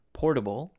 portable